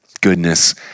goodness